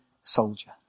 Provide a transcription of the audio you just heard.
soldier